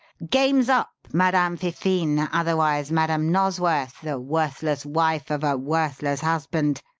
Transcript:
game's up, madame fifine, otherwise madame nosworth, the worthless wife of a worthless husband!